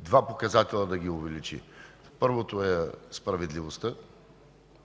два показателя да увеличи: първото е справедливостта,